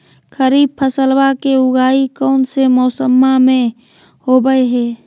खरीफ फसलवा के उगाई कौन से मौसमा मे होवय है?